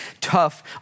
tough